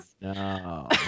no